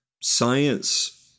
Science